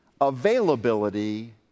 availability